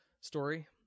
story